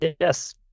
Yes